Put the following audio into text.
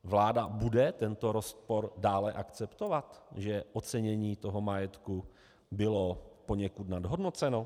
Vláda bude tento rozpor dále akceptovat, že ocenění majetku bylo poněkud nadhodnoceno?